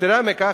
יתירה מכך,